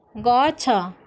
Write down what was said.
ଗଛ